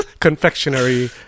confectionery